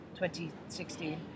2016